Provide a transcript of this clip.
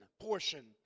portion